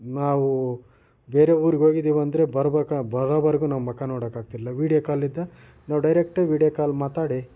ನಾವು ಬೇರೆ ಊರ್ಗೆ ಹೋಗಿದ್ದೀವೆಂದರೆ ಬರಬೇಕ ಬರೋವರೆಗೂ ನಮ್ಮ ಮುಖ ನೋಡೋಕೆ ಆಗ್ತಿರಲಿಲ್ಲ ವಿಡಿಯೋ ಕಾಲಿಂದ ನಾವು ಡೈರಕ್ಟಾಗಿ ವಿಡಿಯೋ ಕಾಲ್ ಮಾತಾಡಿ